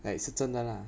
like 是真的的 lah